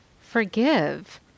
forgive